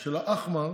של ח'אן אל-אחמר,